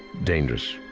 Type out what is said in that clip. dangerous.